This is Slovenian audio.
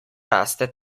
raste